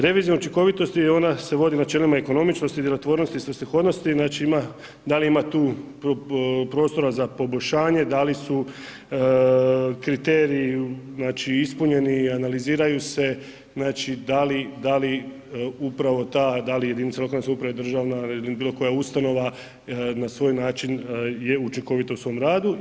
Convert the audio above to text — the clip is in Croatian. Revizija učinkovitosti i ona se vodi načelima ekonomičnosti, djelotvornosti i svrsishodnosti, znači ima, da li ima tu prostora za poboljšanje, da li su kriteriji, znači ispunjeni i analiziraju se, znači da li upravo ta, da li jedinice lokalne samouprave, državna ili bilo koja ustanova na svoj način je učinkovita u svom radu.